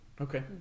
okay